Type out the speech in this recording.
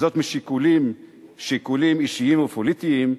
משיקולים אישיים ופוליטיים,